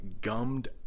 gummed